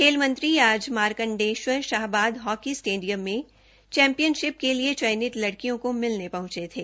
खेल मंत्री आज मारकण्डेष्वर शाहबाद हॉकी स्टेडियम में चैंपियनषिप के लिए चयनित लड़कियों को मिलने पहुंचे थे